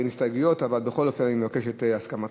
אין הסתייגויות, אבל בכל אופן אני מבקש את הסכמתך.